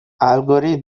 الگوریتم